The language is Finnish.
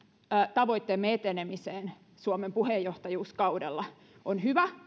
tavoitteemme etenemiseen suomen puheenjohtajuuskaudella on hyvä